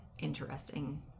interesting